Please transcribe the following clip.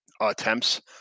Attempts